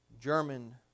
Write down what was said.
German